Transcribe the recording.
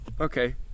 Okay